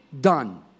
done